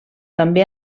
també